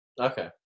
Okay